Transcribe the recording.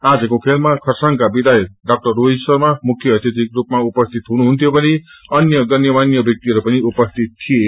आजको खेलामा खरसाङका विधायक ड़ा रोहित शर्मा मुख्य अतिथ्को स्लपमा उपस्थित हुनुहुन्थ्यो भने अन्य गयमान्य व्याक्तिहरू पनि उपस्थित थिए